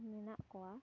ᱢᱮᱱᱟᱜ ᱠᱚᱣᱟ